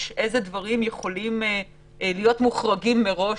שאומרים מה יכול להיות מוחרג מראש,